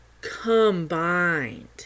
combined